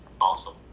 Awesome